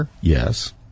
yes